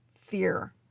fear